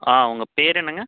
ஆ உங்கள் பேர் என்னங்க